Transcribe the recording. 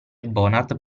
bonard